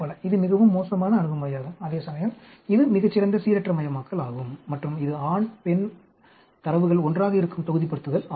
இது மிகவும் மோசமான அணுகுமுறையாகும் அதேசமயம் இது மிகச் சிறந்த சீரற்றமயமாக்கல் ஆகும் மற்றும் இது ஆண் மற்றும் பெண் தரவுகள் ஒன்றாக இருக்கும் தொகுதிப்படுத்துதல் ஆகும்